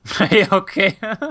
Okay